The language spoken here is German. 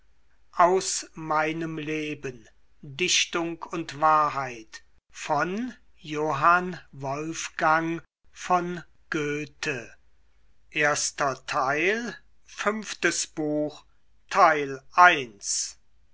aus meinem leben dichtung und wahrheit